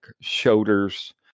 shoulders